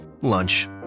Lunch